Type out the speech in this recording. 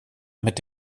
mit